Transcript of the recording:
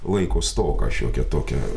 laiko stoką šiokią tokią